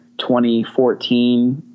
2014